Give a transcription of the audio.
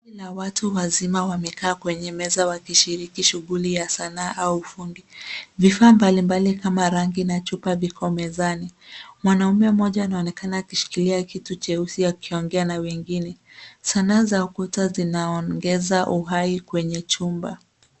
Kundi la watu wazima wamekaa kwenye meza wakishiriki shughuli ya sanaa au ufundi. Vifaa mbalimbali kama rangi na chupa viko mezani. Mwanaume mmoja anaonekana akishikilia kitu cheusi akiongea na wengine .Sanaa za ukuta zinaongeza uhai kwenye chumba.